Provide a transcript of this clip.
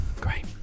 Great